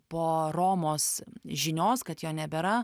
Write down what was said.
po romos žinios kad jo nebėra